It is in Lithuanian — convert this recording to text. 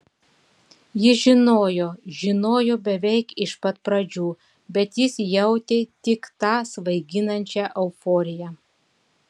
ji žinojo žinojo beveik iš pat pradžių bet jis jautė tik tą svaiginančią euforiją